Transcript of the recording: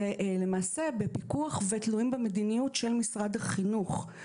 שלמעשה בפיקוח ותלויים במדיניות של משרד החינוך.